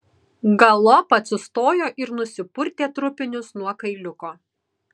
galop atsistojo ir nusipurtė trupinius nuo kailiuko